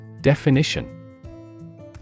Definition